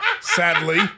Sadly